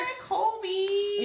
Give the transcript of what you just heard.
Colby